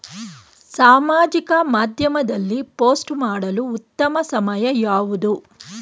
ಸಾಮಾಜಿಕ ಮಾಧ್ಯಮದಲ್ಲಿ ಪೋಸ್ಟ್ ಮಾಡಲು ಉತ್ತಮ ಸಮಯ ಯಾವುದು?